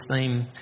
theme